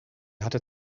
hatte